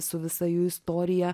su visa jų istorija